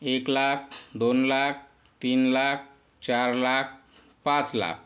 एक लाख दोन लाख तीन लाख चार लाख पाच लाख